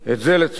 לצערי,